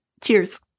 Cheers